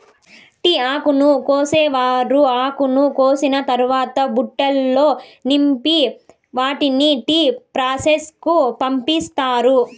tea ఆకును కోసేవారు ఆకును కోసిన తరవాత బుట్టలల్లో నింపి వాటిని టీ ప్రాసెస్ కు పంపిత్తారు